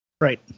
Right